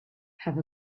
have